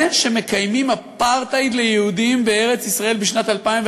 אני אסביר: זה שמקיימים אפרטהייד ליהודים בארץ-ישראל בשנת 2015,